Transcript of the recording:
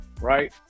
right